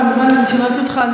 כמובן, אני שמעתי אותך.